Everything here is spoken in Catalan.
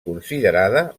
considerada